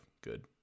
good